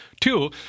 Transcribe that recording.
Two